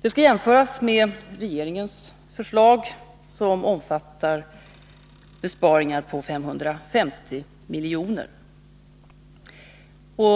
Detta skall jämföras med regeringens förslag, som omfattar besparingar på 550 milj.kr.